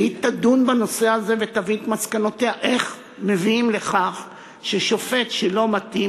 והיא תדון בנושא ותביא את מסקנותיה על איך מביאים לכך ששופט שלא מתאים